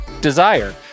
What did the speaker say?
Desire